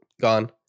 gone